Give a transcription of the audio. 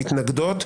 מתנגדות,